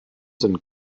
sind